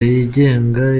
yigenga